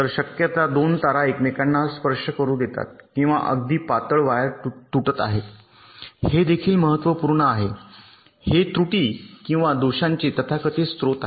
तर शक्यता दोन तारा एकमेकांना स्पर्श करू देतात किंवा अगदी पातळ वायर तुटत आहेत हे देखील महत्त्वपूर्ण आहे हे त्रुटी किंवा दोषांचे तथाकथित स्त्रोत आहेत